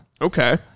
Okay